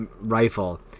rifle